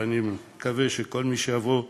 ואני מקווה שכל מי שיבוא אחרינו,